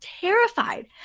terrified